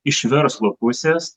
iš verslo pusės